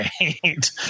Right